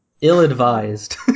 Ill-advised